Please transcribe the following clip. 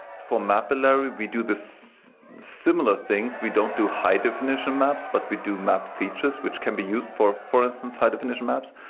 for mapillary, we do the similar things. we don't do high-definition maps, but we do map features, which can be used, for for instance, high-definition maps.